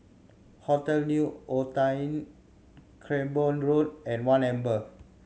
Hotel New Otani Cranborne Road and One Amber